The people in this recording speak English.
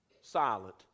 silent